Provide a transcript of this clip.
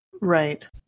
Right